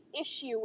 issue